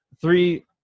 three